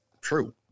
True